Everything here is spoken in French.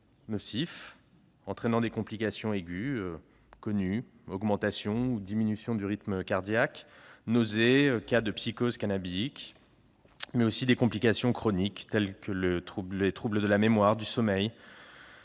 peut entraîner des complications aiguës qui sont connues- augmentation ou diminution du rythme cardiaque, nausées, cas de psychose cannabique -et des complications chroniques, telles que les troubles de la mémoire, du sommeil,